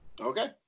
Okay